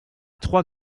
trois